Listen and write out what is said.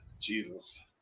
Jesus